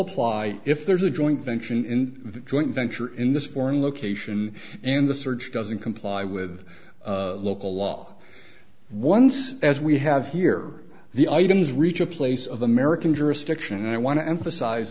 apply if there's a joint venture in the joint venture in this foreign location and the search doesn't comply with local law once as we have here the items reach a place of american jurisdiction and i want to emphasize